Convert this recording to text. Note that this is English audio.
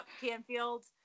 canfield